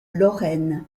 lorraine